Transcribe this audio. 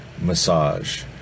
massage